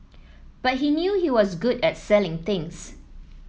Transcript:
but he knew he was good at selling things